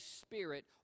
Spirit